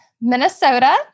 Minnesota